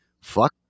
fuck